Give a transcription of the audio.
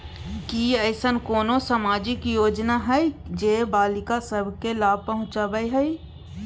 की ऐसन कोनो सामाजिक योजना हय जे बालिका सब के लाभ पहुँचाबय हय?